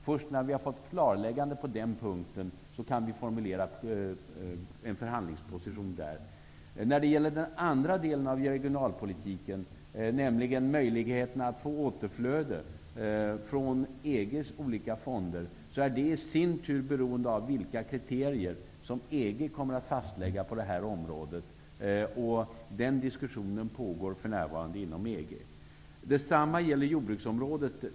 Först när vi har fått klarläggande om detta kan vi formulera en förhandlingsposition på den punkten. Den andra delen av regionalpolitiken, nämligen möjligheten att få återflöde från EG:s olika fonder, är i sin tur beroende av vilka kriterier EG kommer att fastlägga i fråga om detta. Den diskussionen pågår för närvarande inom EG. Detsamma gäller jordbruksområdet.